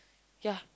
ya